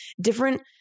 different